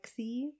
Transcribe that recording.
Lexi